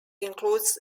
includes